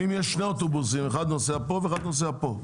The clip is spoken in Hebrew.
ואם יש שני אוטובוסים, אחד נוסע פה ואחד נוסע פה.